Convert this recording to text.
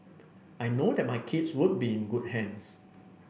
I know that my kids would be in good hands